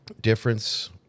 difference